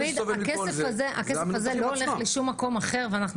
הכסף הזה לא הולך לשום מקום אחר ואנחנו